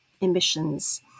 emissions